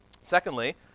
Secondly